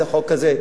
החוק הזה,